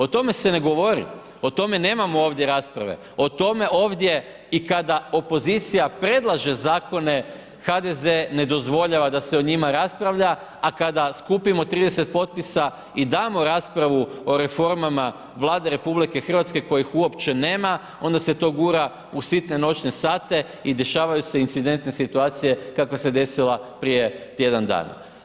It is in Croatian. O tome se ne govori, o tome nemamo ovdje rasprave, o tome ovdje i kada opozicija predlaže zakone HDZ ne dozvoljava da se o njima raspravlja a kada skupimo 30 potpisa i damo raspravu o reformama Vlade RH kojih uopće nema onda se to gura u sitne noćne sate i dešavaju se incidentne situacije kakva se desila prije tjedan dana.